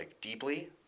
deeply